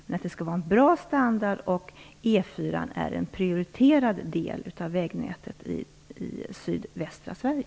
Men det skall vara bra standard, och E 4:an är en prioriterad del av vägnätet i sydvästra Sverige.